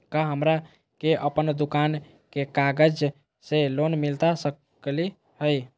का हमरा के अपन दुकान के कागज से लोन मिलता सकली हई?